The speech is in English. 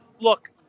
look